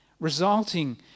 resulting